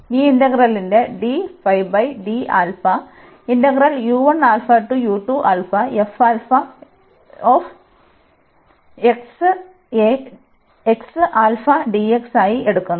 ഈ ഇന്റഗ്രലിന്റെ ആയി എടുക്കുന്നു